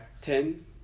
ten